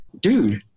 dude